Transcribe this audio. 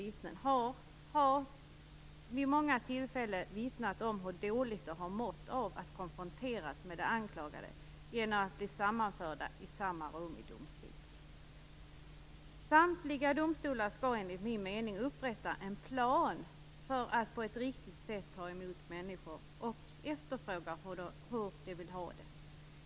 Dessa har vid många tillfällen vittnat om hur dåligt de har mått av att konfronteras med den anklagade då de har blivit sammanförda med honom/henne i samma rum vid domstolen. Samtliga domstolar skall enligt min mening upprätta en plan för att på ett riktigt sätt ta emot människor och efterfråga hur de vill ha det.